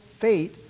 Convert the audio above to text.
fate